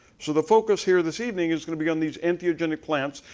so the focus here this evening is going to be on these entheogenic plants.